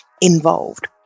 involved